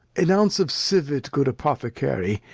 an ounce of civet, good apothecary,